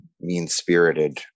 mean-spirited